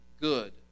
good